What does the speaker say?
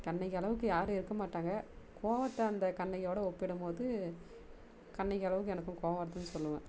கண்ணகி அளவுக்கு யாரும் இருக்கமாட்டாங்கள் கோவத்தை அந்த கண்ணகியோட ஒப்பிடும்போது கண்ணகி அளவுக்கு எனக்கும் கோபம் வருதுன்னு சொல்லுவேன்